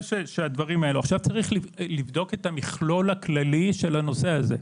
צריך לבדוק את המכלול הכללי של הנושא הזה,